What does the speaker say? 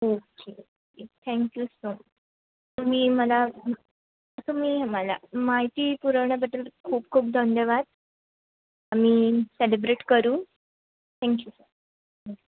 okay okay thank you sir तुम्ही मला तुम्ही मला माहिती पुरवण्याबद्दल खूप खूप धन्यवाद आम्ही सेलिब्रेट करू थँक्यू